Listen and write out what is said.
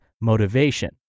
motivation